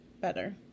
Better